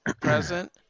present